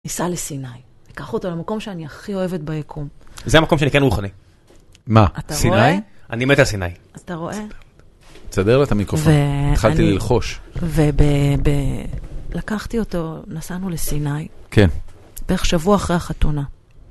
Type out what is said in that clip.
ניסע לסיני, ניקח אותו למקום שאני הכי אוהבת ביקום. זה המקום שאני כן מוכן. מה? סיני? אני מת על סיני. אתה רואה? תסדר לה את המיקרופון, התחלתי ללחוש. וב... לקחתי אותו, נסענו לסיני. כן. בערך שבוע אחרי החתונה.